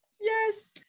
Yes